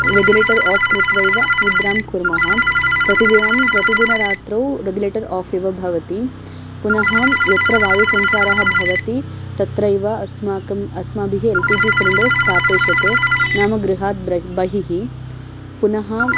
regulator off कृत्वा एव निद्रां कुर्मः प्रतिदिनं प्रतिदिनरात्रौ रेगुलेटर् आफ् इव भवति पुनः यत्र वायुसञ्चारः भवति तत्रैव अस्माकम् अस्माभिः एल् पि जि सिलिण्डर्स् स्थापयिष्यते नाम गृहात् ब्रह्मा बहिः पुनः